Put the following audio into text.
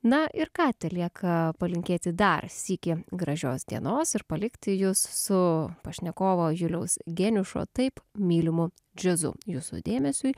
na ir ką telieka palinkėti dar sykį gražios dienos ir palikti jus su pašnekovo juliaus geniušo taip mylimu džiazu jūsų dėmesiui